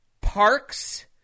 parks